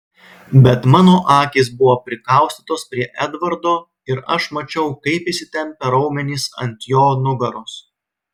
bet mano akys buvo prikaustytos prie edvardo ir aš mačiau kaip įsitempę raumenys ant jo nugaros